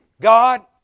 God